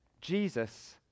Jesus